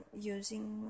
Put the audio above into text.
using